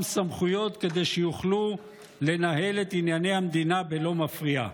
סמכויות כדי שיוכלו לנהל את ענייני המדינה בלא מפריע?